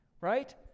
right